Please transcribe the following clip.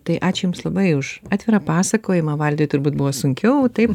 tai ačiū jums labai už atvirą pasakojimą valdui turbūt buvo sunkiau taip